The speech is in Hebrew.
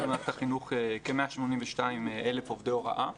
במערכת החינוך כ-182,000 עובדי הוראה.